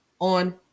on